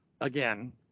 again